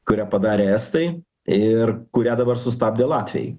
kurią padarė estai ir kurią dabar sustabdė latviai